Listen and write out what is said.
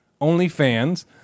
OnlyFans